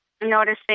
noticing